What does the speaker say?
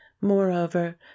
moreover